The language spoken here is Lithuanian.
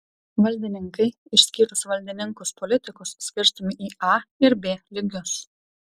valdininkai išskyrus valdininkus politikus skirstomi į a ir b lygius